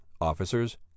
officers